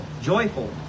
joyful